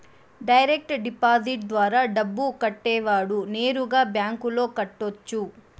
direct deposit ద్వారా డబ్బు కట్టేవాడు నేరుగా బ్యాంకులో కట్టొచ్చు